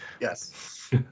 Yes